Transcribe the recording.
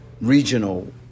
regional